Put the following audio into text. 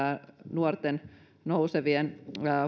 nuorten nousevien